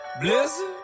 blizzard